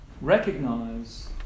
recognize